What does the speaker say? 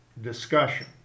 discussion